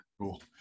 Cool